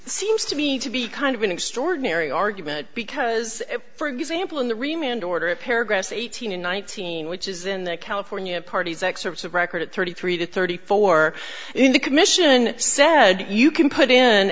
seems to me to be kind of an extraordinary argument because for example in the remainder paragraphs eighteen and nineteen which is in the california party's excerpts of record thirty three to thirty four in the commission said you can put in